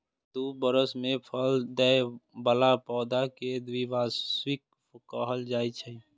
दू बरस मे फल दै बला पौधा कें द्विवार्षिक कहल जाइ छै